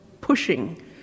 pushing